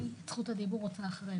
את זכות הדיבור אני רוצה אחרי זה.